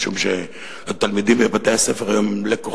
משום שהתלמידים בבתי-הספר היום הם לקוחות.